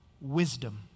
wisdom